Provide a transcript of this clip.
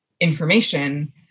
information